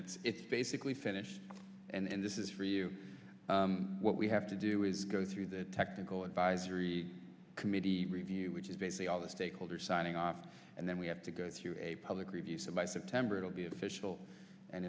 it's it's basically finished and this is for you what we have to do is go through the technical advisory committee review which is basically all the stakeholders signing off and then we have to go to a public review so by september it'll be official and